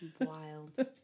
Wild